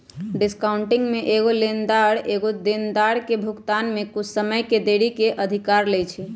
discounting में एगो लेनदार एगो देनदार के भुगतान में कुछ समय के देरी के अधिकार लेइ छै